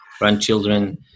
grandchildren